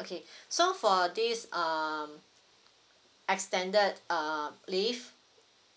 okay so for this um extended uh leave